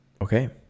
okay